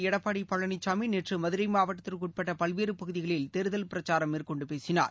எடப்பாடி பழனிசாமி நேற்று மதுரை மாவட்டத்திற்கு உட்பட்ட பல்வேறு பகுதிகளில் தேர்தல் பிரச்சாரம் மேற்கொண்டு பேசினார்